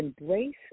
Embrace